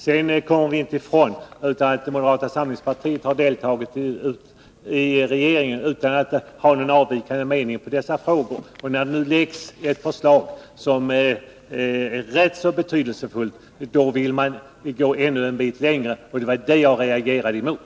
Vi kommer inte ifrån att moderata samlingspartiet har deltagit i regeringen utan att ha någon avvikande mening i dessa frågor. När det nu läggs ett förslag som är rätt betydelsefullt vill man gå ännu en bit längre, och det är det jag har reagerat mot.